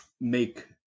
make